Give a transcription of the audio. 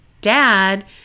dad